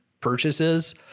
Purchases